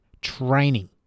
training